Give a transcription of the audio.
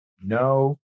no